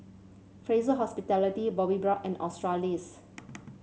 Fraser Hospitality Bobbi Brown and Australis